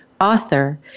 author